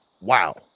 Wow